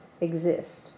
exist